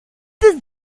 does